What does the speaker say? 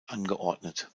angeordnet